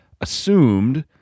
assumed